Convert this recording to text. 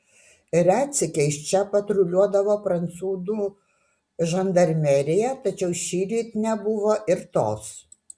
retsykiais čia patruliuodavo prancūzų žandarmerija tačiau šįryt nebuvo ir tos